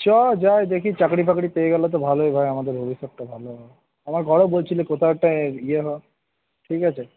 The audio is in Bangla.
চল যাই দেখি চাকরি বাকরি পেয়ে গেলে তো ভালোই হয় আমাদের ভবিষ্যৎটা ভালো হয় আমার ঘরেও বলছিলো কোথাও একটা ইয়ে হ ঠিক আছে